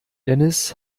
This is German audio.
dennis